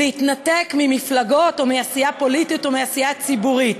להתנתק ממפלגות או מעשייה פוליטית או מעשייה ציבורית.